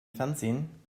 fernsehen